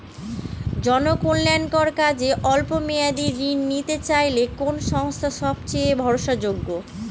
জনকল্যাণকর কাজে অল্প মেয়াদী ঋণ নিতে চাইলে কোন সংস্থা সবথেকে ভরসাযোগ্য?